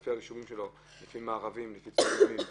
זה לפי הרישומים שלו, לפי מערבים, לפי צילומים?